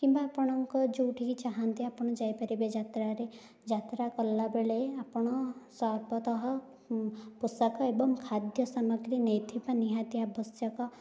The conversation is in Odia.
କିମ୍ବା ଆପଣଙ୍କ ଯେଉଁଠିକି ଚାହାଁନ୍ତି ଆପଣ ଯାଇପାରିବେ ଯାତ୍ରାରେ ଯାତ୍ରା କଲାବେଳେ ଆପଣ ସର୍ବତଃ ପୋଷାକ ଏବଂ ଖାଦ୍ୟସାମଗ୍ରୀ ନେଇଥିବା ନିହାତି ଆବଶ୍ୟକ